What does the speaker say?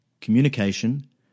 Communication